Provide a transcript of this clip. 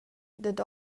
dad